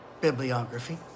bibliography